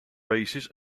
races